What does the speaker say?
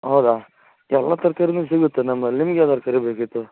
ಹೌದಾ ಎಲ್ಲ ತರಕಾರಿನು ಸಿಗುತ್ತೆ ನಮ್ಮಲ್ಲಿ ನಿಮಗೆ ಯಾವ ತರಕಾರಿ ಬೇಕಿತ್ತು